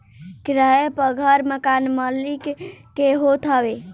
किराए पअ घर मकान मलिक के होत हवे